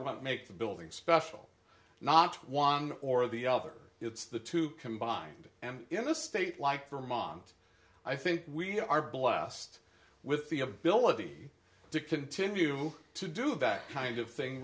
what makes the building special not one or the other it's the two combined and in a state like vermont i think we are blessed with the ability to continue to do that kind of thing